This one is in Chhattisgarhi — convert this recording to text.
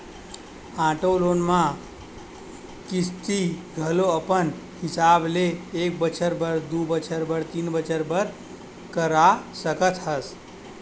आटो लोन म किस्ती घलो अपन हिसाब ले एक बछर बर, दू बछर बर, तीन बछर बर करा सकत हस